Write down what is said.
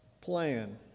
plan